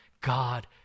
God